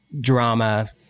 drama